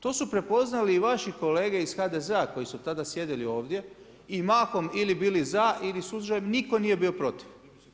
To su prepoznali i vaši kolege iz HDZ-a koji su tada sjedili ovdje i mahom ili bili za ili bili suzdržani, nitko nije bio protiv.